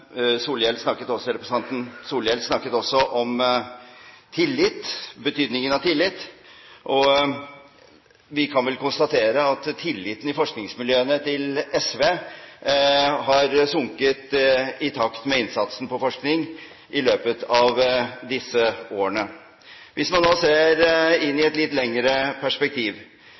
Solhjell snakket også om tillit og betydningen av tillit. Vi kan vel konstatere at tilliten til SV i forskningsmiljøene har sunket i takt med innsatsen på forskning i løpet av disse årene. Hvis man nå ser i et litt lengre perspektiv,